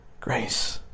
grace